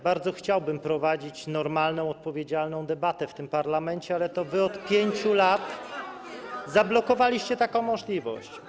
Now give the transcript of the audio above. Bardzo chciałbym prowadzić normalną, odpowiedzialną debatę w tym parlamencie, ale to wy od 5 lat blokujecie taką możliwość.